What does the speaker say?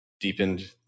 deepened